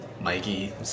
Mikey